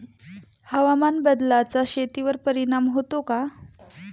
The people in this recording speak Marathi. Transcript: हवामान बदलाचा शेतीवर परिणाम होतो का?